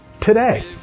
today